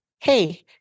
hey